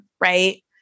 Right